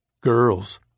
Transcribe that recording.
Girls